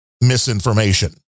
misinformation